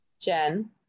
Jen